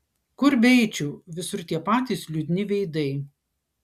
kur beeičiau visur tie patys liūdni veidai